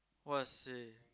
!wahseh!